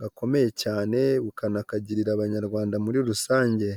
gakomeye cyane bukanakagirira abanyarwanda muri rusange.